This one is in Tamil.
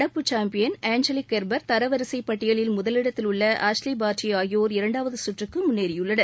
நடப்பு சாம்பியன் ஏஞ்சலி கெர்பர் தர வரிசைப் பட்டியலில் முதலிடத்தில் உள்ள ஆஷ்லி பார்டி ஆகியோர் இரண்டாவது சுற்றுக்கு முன்னேறியுள்ளனர்